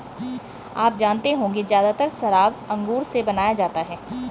आप जानते होंगे ज़्यादातर शराब अंगूर से बनाया जाता है